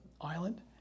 island